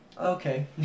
Okay